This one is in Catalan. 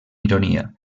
ironia